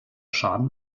schaden